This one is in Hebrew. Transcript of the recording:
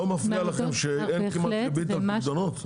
לא מפריע לכם שאין כמעט ריבית על הפיקדונות?